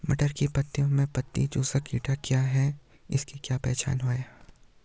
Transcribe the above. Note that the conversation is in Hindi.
मटर की पत्तियों में पत्ती चूसक कीट क्या है इसकी क्या पहचान है?